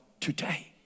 today